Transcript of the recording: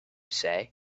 say